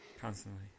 Constantly